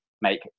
make